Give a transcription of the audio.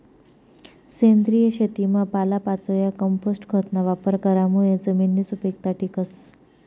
सेंद्रिय शेतीमा पालापाचोया, कंपोस्ट खतना वापर करामुये जमिननी सुपीकता टिकस